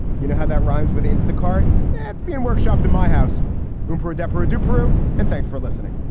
you know how that rhymes with instacart? that's being workshopped in my house room for a desperate to peru. and thanks for listening